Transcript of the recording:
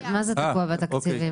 מה זה "תקוע בתקציבים"?